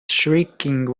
shrieking